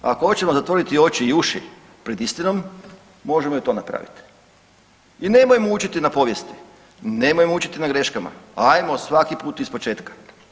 Ako hoćemo zatvoriti oči i uši pred istinom možemo i to napravit i nemojmo učiti na povijesti, nemojmo učiti na greškama, ajmo svaki put ispočetka.